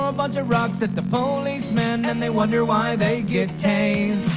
um a bunch of rocks at the policemen and they wonder why they get tased.